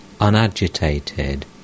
unagitated